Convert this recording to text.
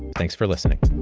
thanks for listening